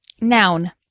Noun